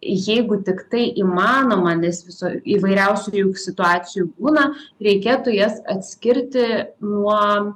jeigu tiktai įmanoma nes viso įvairiausių situacijų būna reikėtų jas atskirti nuo